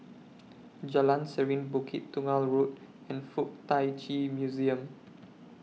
Jalan Serene Bukit Tunggal Road and Fuk Tak Chi Museum